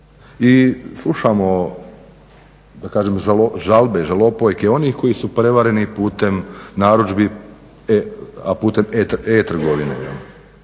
I slušamo, da kažem žalbe, žalopojke onih koji su prevareni putem narudžbi putem e-trgovine. Koji